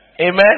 Amen